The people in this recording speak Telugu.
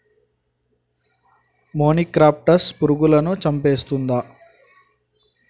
మొనిక్రప్టస్ పురుగులను చంపేస్తుందా?